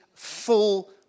full